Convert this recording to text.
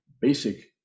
basic